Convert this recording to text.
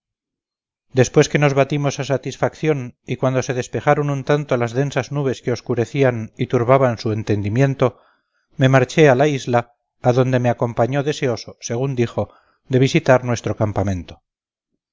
después que nos batimos a satisfacción y cuando se despejaron un tanto las densas nubes que oscurecían y turbaban su entendimiento me marché a la isla a donde me acompañó deseoso según dijo de visitar nuestro campamento